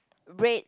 red